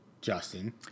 Justin